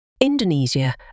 Indonesia